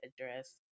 address